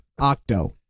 Octo